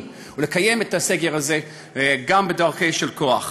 ולקיים את הסגר הזה גם בדרכים של כוח.